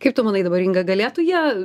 kaip tu manai dabar inga galėtų jie